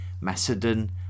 Macedon